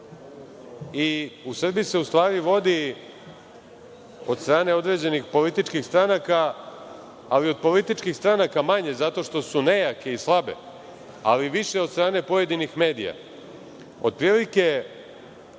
U Srbiji se u stvari vodi od strane određenih političkih stranaka, ali od političkih stranaka manje, zato što su nejake i slabe, ali više od strane pojedinih medija,